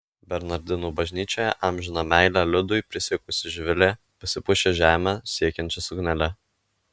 bernardinų bažnyčioje amžiną meilę liudui prisiekusi živilė pasipuošė žemę siekiančia suknele